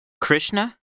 Krishna